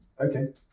Okay